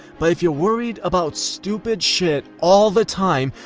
but if you're worried about stupid shit all the time,